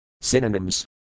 Synonyms